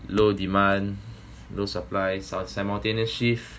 low demand no supply simul~ simultaneous shift